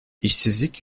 i̇şsizlik